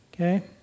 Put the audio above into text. Okay